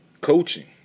coaching